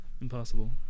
Impossible